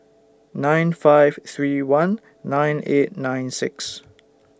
nine five three one nine eight nine six